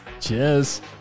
Cheers